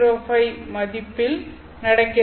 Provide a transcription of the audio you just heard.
405 மதிப்பில் நடக்கிறது